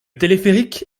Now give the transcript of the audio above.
téléphérique